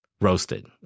Roasted